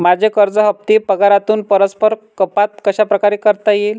माझे कर्ज हफ्ते पगारातून परस्पर कपात कशाप्रकारे करता येतील?